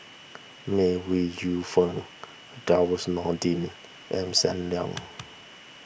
May Ooi Yu Fen Nordin and Sam Leong